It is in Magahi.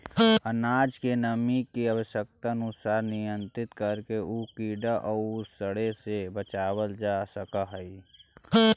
अनाज के नमी के आवश्यकतानुसार नियन्त्रित करके उ कीड़ा औउर सड़े से बचावल जा सकऽ हई